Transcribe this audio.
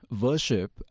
worship